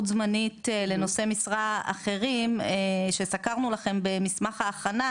זמנית לנושאי משרה אחרים שסקרנו לכם במסמך ההכנה,